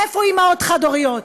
איפה אימהות חד-הוריות?